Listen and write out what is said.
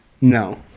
No